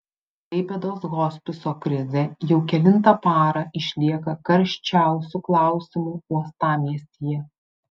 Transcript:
klaipėdos hospiso krizė jau kelintą parą išlieka karščiausiu klausimu uostamiestyje